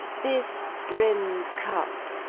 this brimmed cup.